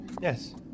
Yes